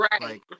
Right